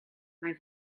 mae